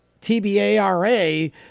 TBARA